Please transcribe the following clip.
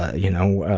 ah you know, ah,